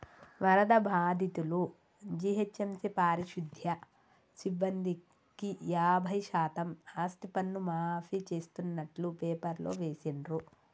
వరద బాధితులు, జీహెచ్ఎంసీ పారిశుధ్య సిబ్బందికి యాభై శాతం ఆస్తిపన్ను మాఫీ చేస్తున్నట్టు పేపర్లో వేసిండ్రు